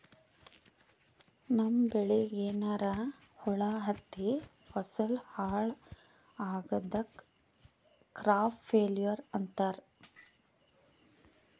ನಮ್ಮ್ ಬೆಳಿಗ್ ಏನ್ರಾ ಹುಳಾ ಹತ್ತಿ ಫಸಲ್ ಹಾಳ್ ಆಗಾದಕ್ ಕ್ರಾಪ್ ಫೇಲ್ಯೂರ್ ಅಂತಾರ್